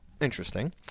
Interesting